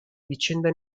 vicende